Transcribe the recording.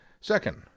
Second